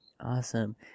Awesome